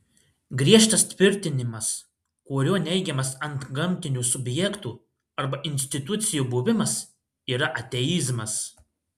griežtas tvirtinimas kuriuo neigiamas antgamtinių subjektų arba institucijų buvimas yra ateizmas